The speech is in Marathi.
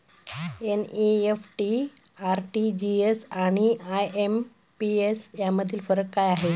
एन.इ.एफ.टी, आर.टी.जी.एस आणि आय.एम.पी.एस यामधील फरक काय आहे?